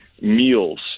meals